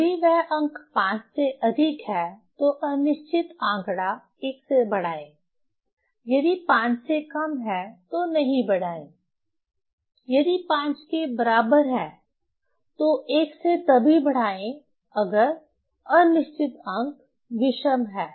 यदि वह अंक 5 से अधिक है तो अनिश्चित आंकड़ा 1 से बढ़ाएं यदि 5 से कम है तो नहीं बढ़ाएं यदि 5 के बराबर है तो 1 से तभी बढ़ाएं अगर अनिश्चित अंक विषम है